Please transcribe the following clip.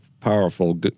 powerful